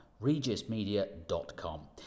regismedia.com